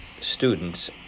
students